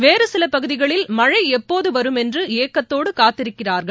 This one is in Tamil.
வேறுசிலபகுதிகளில் மழைஎப்போதுவரும் என்றுஏக்கத்தோடுகாத்திருக்கிறார்கள்